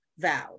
vow